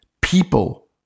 People